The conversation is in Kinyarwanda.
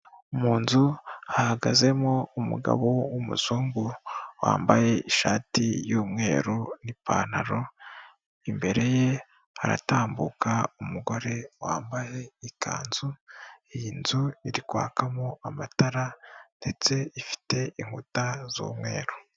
Munzu hahagazemo umugabo w'umuzungu wambaye ishati y'umweru n'ipantaro, imbere ye haratambuka umugore wambaye ikanzu, iyi nzu iri kwakamo amatara ndetse ifite inkuta z'umweru.